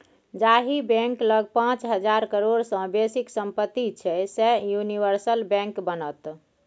जाहि बैंक लग पाच हजार करोड़ सँ बेसीक सम्पति छै सैह यूनिवर्सल बैंक बनत